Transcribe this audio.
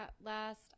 last